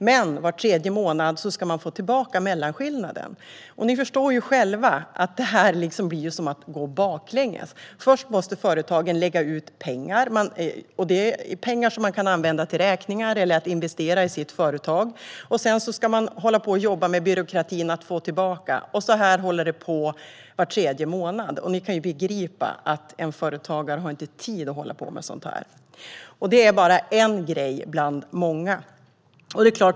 Men var tredje månad ska de företagen få tillbaka mellanskillnaden. Det blir som att gå baklänges. Först måste företagen lägga ut pengar. Det är pengar som skulle kunna användas till räkningar eller till att investera i företaget. Sedan ska de jobba med byråkratin för att få tillbaka pengar. Och så håller det på var tredje månad. En företagare har inte tid att hålla på med sådant. Och det är bara en grej bland många.